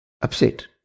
upset